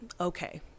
okay